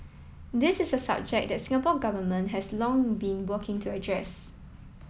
this is a subject the Singapore Government has long been working to address